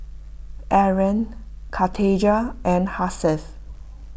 Aaron Khadija and Hasif